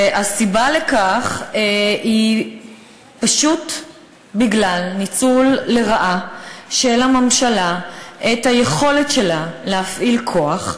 והסיבה לכך היא פשוט ניצול לרעה של הממשלה את היכולת שלה להפעיל כוח,